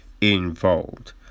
involved